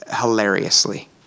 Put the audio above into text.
hilariously